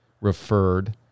referred